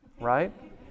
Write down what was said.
right